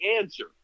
answer